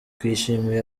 twishimiye